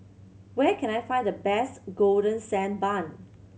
where can I find the best Golden Sand Bun